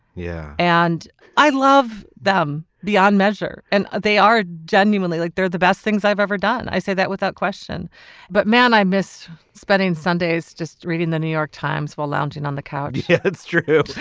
yeah and i love them beyond measure and they are genuinely like they're the best things i've ever done and i say that without question but man i miss spending sundays just reading the new york times while lounging on the couch yeah that's true.